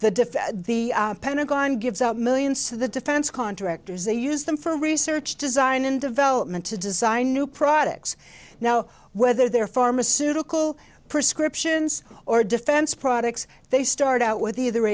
defense the pentagon gives out millions to the defense contractors they use them for research design and development to design new products now whether they're pharmaceutical prescriptions or defense products they start out with either